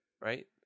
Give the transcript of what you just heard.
Right